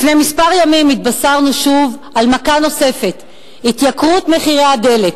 לפני כמה ימים התבשרנו שוב על מכה נוספת: התייקרות הדלק.